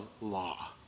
law